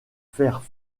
faire